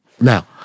Now